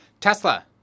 Tesla